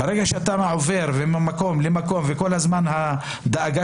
ברגע שאתה עובר ממקום למקום וכל הזמן הדאגה